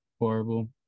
Horrible